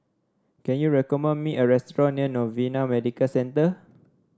can you recommend me a restaurant near Novena Medical Centre